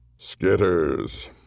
Skitters